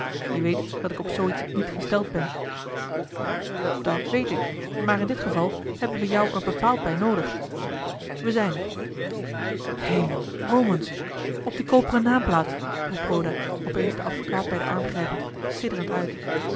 je weet dat ik op zoo iets niet gesteld ben dat weet ik maar in dit geval hebben we jou er bepaald bij noodig we zijn er hemel omens op die koperen naamplaat roept roda opeens den advocaat bij den arm grijpend sidderend uit